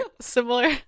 similar